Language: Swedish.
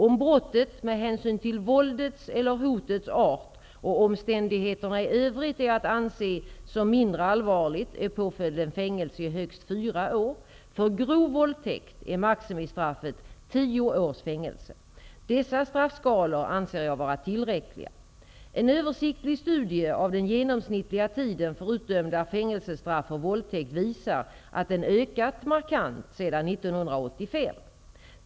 Om brottet med hänsyn till våldets eller hotets art och omständigheterna i övrigt är att anse som mindre allvarliga är påföljden fängelse i högst fyra år. För grov våldtäkt är maximistraffet tio års fängelse. Dessa straffskalor anser jag vara tillräckliga. En översiktlig studie av den genomsnittliga tiden för utdömda fängelsestraff för våldtäkt visar att den ökat markant sedan 1985.